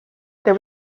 there